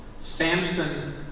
Samson